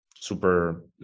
Super